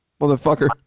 motherfucker